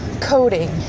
coding